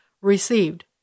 received